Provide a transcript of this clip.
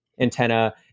antenna